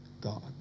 God